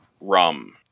rum